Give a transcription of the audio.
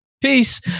Peace